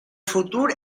futur